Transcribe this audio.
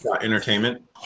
entertainment